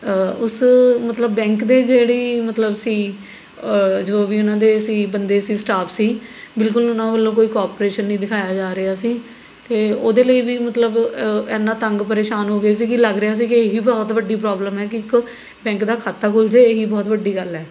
ਉਸ ਮਤਲਬ ਬੈਂਕ ਦੇ ਜਿਹੜੀ ਮਤਲਬ ਸੀ ਜੋ ਵੀ ਉਹਨਾਂ ਦੇ ਸੀ ਬੰਦੇ ਸੀ ਸਟਾਫ ਸੀ ਬਿਲਕੁਲ ਉਹਨਾਂ ਵੱਲੋਂ ਕੋਈ ਕੋਪਰੇਸ਼ਨ ਨਹੀਂ ਦਿਖਾਇਆ ਜਾ ਰਿਹਾ ਸੀ ਅਤੇ ਉਹਦੇ ਲਈ ਵੀ ਮਤਲਬ ਐਨਾ ਤੰਗ ਪ੍ਰੇਸ਼ਾਨ ਹੋ ਗਈ ਸੀ ਕਿ ਲੱਗ ਰਿਹਾ ਸੀ ਕਿ ਇਹ ਹੀ ਬਹੁਤ ਵੱਡੀ ਪ੍ਰੋਬਲਮ ਹੈ ਕਿ ਇੱਕ ਬੈਂਕ ਦਾ ਖਾਤਾ ਖੁੱਲ੍ਹ ਜੇ ਇਹ ਹੀ ਬਹੁਤ ਵੱਡੀ ਗੱਲ ਹੈ